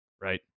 Right